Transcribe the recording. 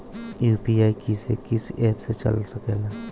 UPI किस्से कीस app से चल सकेला?